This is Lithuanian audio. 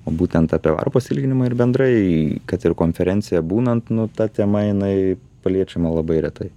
o būtent apie varpos ilginimą ir bendrai kad ir konferencijoj būnant nu ta tema jinai paliečiama labai retai